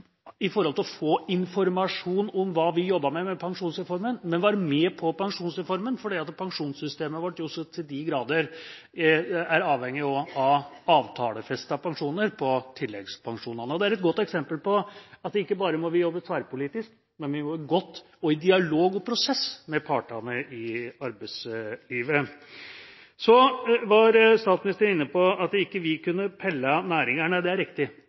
å få informasjon om hva vi jobbet med med pensjonsreformen – de var med på pensjonsreformen. Pensjonssystemet vårt er jo til grader avhengig av avtalefestede pensjoner på tilleggspensjonene. Det er et godt eksempel på at vi ikke bare må jobbe tverrpolitisk, men vi må jobbe godt og i dialog og prosess med partene i arbeidslivet. Så var statsministeren inne på at ikke vi kunne velge næringene. Det er riktig,